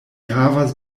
havas